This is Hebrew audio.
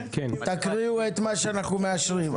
תקריאו את מה שאנחנו מאשרים.